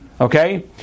okay